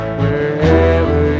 wherever